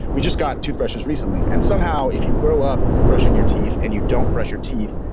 we just got toothbrushes recently and somehow, if you grow up brushing your teeth and you don't brush your teeth,